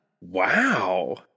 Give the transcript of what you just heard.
Wow